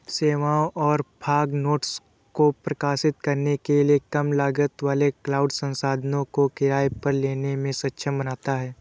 सेवाओं और fog nodes को प्रकाशित करने के लिए कम लागत वाले क्लाउड संसाधनों को किराए पर लेने में सक्षम बनाता है